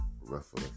ruffle